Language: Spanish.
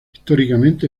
históricamente